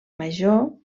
major